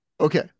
Okay